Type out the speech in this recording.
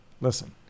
listen